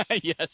Yes